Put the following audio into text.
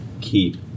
keep